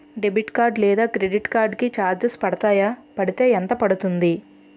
Debit card లేదా credit card కి charges పడతాయా? పడితే ఎంత పడుతుంది?